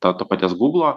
ta to paties guglo